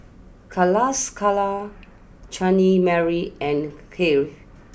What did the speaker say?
Calascara Chutney Mary and Crave